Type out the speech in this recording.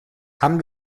haben